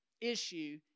issue